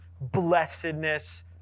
blessedness